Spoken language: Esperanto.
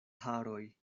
haroj